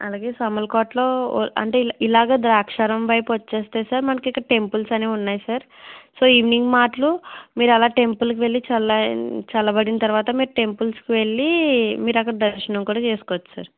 అలాగే సామర్లకోటలో అంటే ఇలాగా ద్రాక్షారం వైపు వచ్చేస్తే సార్ మనకి ఇక్కడ టెంపుల్స్ అనేవి ఉన్నాయి సార్ సో ఈవినింగ్ మాటలు మీరు అలా టెంపుల్కి వెళ్ళి చల్ల చల్లబడిన తరువాత మీరు టెంపుల్స్కి వెళ్ళి మీరు అక్కడ దర్శనం కూడా చేసుకోవచ్చు సార్